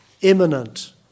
imminent